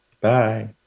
bye